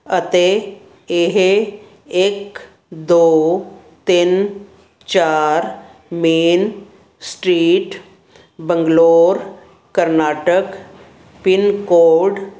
ਅਤੇ ਇਹ ਇੱਕ ਦੋ ਤਿੰਨ ਚਾਰ main street Bangalore Karnataka pin code